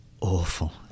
awful